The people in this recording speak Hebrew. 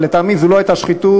לטעמי זו לא הייתה שחיתות,